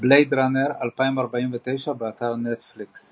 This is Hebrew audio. "בלייד ראנר 2049", באתר נטפליקס